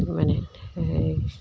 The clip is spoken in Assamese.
মানে এই